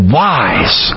wise